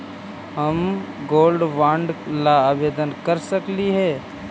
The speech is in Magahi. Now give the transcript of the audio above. हम गोल्ड बॉन्ड ला आवेदन कर सकली हे?